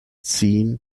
seen